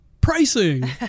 pricing